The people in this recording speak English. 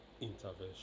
intervention